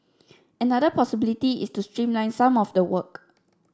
another possibility is to streamline some of the work